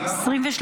חוק ומשפט נתקבלה.